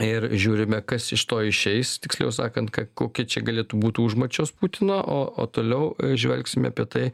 ir žiūrime kas iš to išeis tiksliau sakant kokie čia galėtų būti užmačios putino o o toliau žvelgsime apie tai